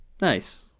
Nice